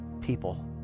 people